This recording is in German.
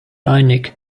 einig